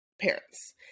parents